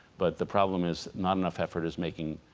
but the problem is not enough effort is making